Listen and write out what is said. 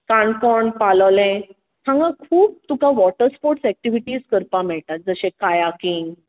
काणकोण पालोलें हांगा खूब तुका वॉटर स्पॉर्ट्स एक्टिवीज करपाक मेळटा जशें कायाकींग